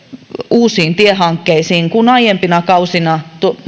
uusiin tiehankkeisiin kun aiempina kausina